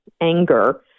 anger